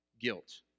guilt